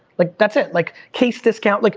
like that's it. like, case discount, like